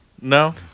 No